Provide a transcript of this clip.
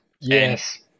Yes